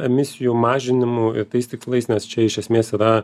emisijų mažinimu ir tais tikslais nes čia iš esmės yra